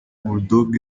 bulldogg